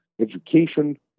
education